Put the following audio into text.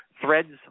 threads